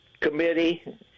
committee